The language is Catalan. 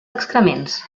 excrements